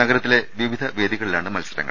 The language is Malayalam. നഗരത്തിലെ വിവിധ വേദികളിലാണ് മത്സരങ്ങൾ